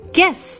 Guess